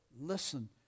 listen